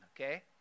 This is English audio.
okay